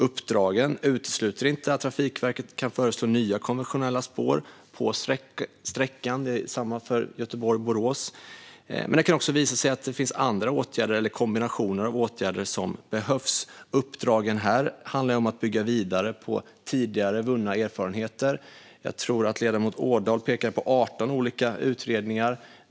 Uppdragen utesluter inte att Trafikverket kan föreslå nya konventionella spår på sträckan. Detsamma gäller för Göteborg-Borås. Men det kan också visa sig att det finns andra åtgärder eller kombinationer av åtgärder som behövs. De här uppdragen handlar om att bygga vidare på tidigare vunna erfarenheter. Jag tror att ledamoten Ådahl pekade på 18 olika utredningar.